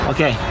Okay